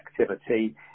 activity